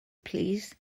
plîs